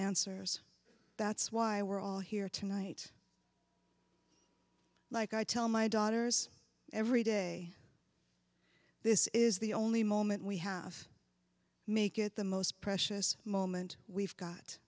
answers that's why we're all here tonight like i tell my daughters every day this is the only moment we have make it the most precious moment we've got